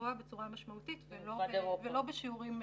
גבוה בצורה משמעותית ולא בשיעורים בודדים.